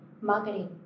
marketing